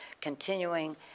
continuing